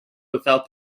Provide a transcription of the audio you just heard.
without